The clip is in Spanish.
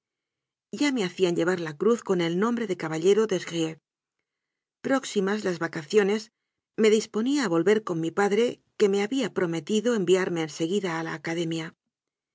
ya me hacían llevar la cruz con el nombre de caballero des grieux próximas las vacaciones me disponía a volver con mi padre que me había prometido enviarme en seguida a la academia